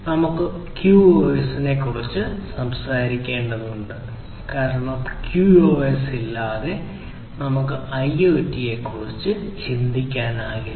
നമുക്ക് QoS നെക്കുറിച്ച് സംസാരിക്കേണ്ടതുണ്ട് കാരണം QoS ഇല്ലാതെ നമുക്ക് IoT യെക്കുറിച്ച് ചിന്തിക്കാനാവില്ല